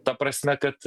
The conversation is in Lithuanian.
ta prasme kad